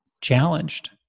challenged